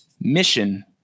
mission